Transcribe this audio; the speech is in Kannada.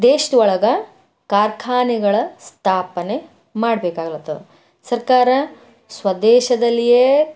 ದೇಶದ ಒಳಗ ಕಾರ್ಖಾನೆಗಳ ಸ್ಥಾಪನೆ ಮಾಡಬೇಕಾಗ್ಲತ್ತದ ಸರ್ಕಾರ ಸ್ವದೇಶದಲ್ಲಿಯೇ